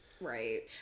Right